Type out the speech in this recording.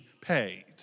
paid